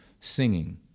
singing